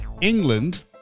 England